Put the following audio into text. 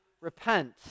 repent